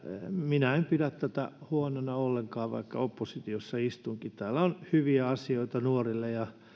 minä en pidä tätä huonona ollenkaan vaikka oppositiossa istunkin täällä on hyviä asioita nuorille ja